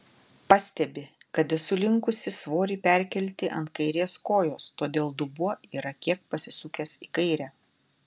pastebi kad esu linkusi svorį perkelti ant kairės kojos todėl dubuo yra kiek pasisukęs į kairę